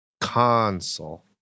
Console